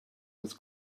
was